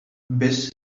biss